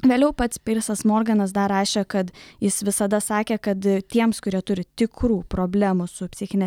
vėliau pats pirsas morganas dar rašė kad jis visada sakė kad tiems kurie turi tikrų problemų su psichine